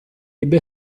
ebbe